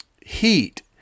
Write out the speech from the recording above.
heat